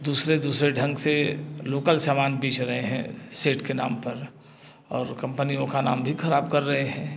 दूसरे दूसरे ढंग से लोकल सामान बेच रहे हैं सेट के नाम पर और कंपनियों का नाम भी ख़राब कर रहे हैं